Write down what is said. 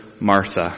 Martha